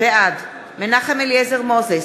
בעד מנחם אליעזר מוזס,